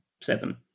Seven